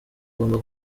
agomba